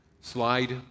Slide